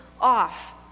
off